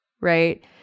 right